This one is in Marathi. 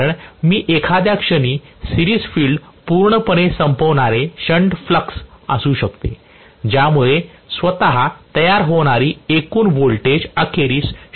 कारण मी एखाद्या क्षणी सिरीज फील्ड पूर्णपणे संपवणारे शंट फ्लक्स असू शकते ज्यामुळे स्वतः तयार होणारी एकूण व्होल्टेज अखेरीस 0 येणार आहे